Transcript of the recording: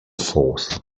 force